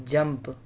jump